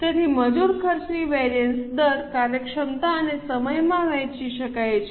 તેથી મજૂર ખર્ચની વેરિએન્સ દર કાર્યક્ષમતા અને સમયમાં વહેંચી શકાય છે